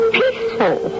peaceful